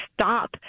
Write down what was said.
stop